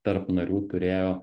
tarp narių turėjo